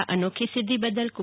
આ અનોખી સિદ્ધિ બદલ કુ